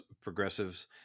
progressives